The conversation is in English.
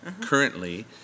currently